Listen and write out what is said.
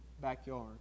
backyard